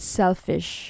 selfish